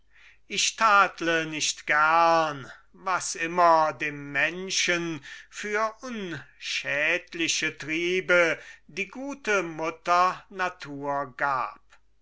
ich tadle nicht gern was immer dem menschen für unschädliche triebe die gute mutter natur gab